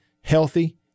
healthy